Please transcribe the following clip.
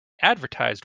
advertised